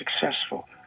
successful